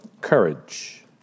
courage